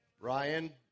Ryan